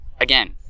again